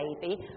baby